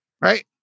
right